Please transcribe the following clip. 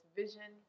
vision